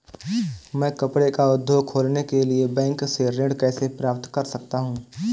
मैं कपड़े का उद्योग खोलने के लिए बैंक से ऋण कैसे प्राप्त कर सकता हूँ?